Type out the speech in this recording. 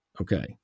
Okay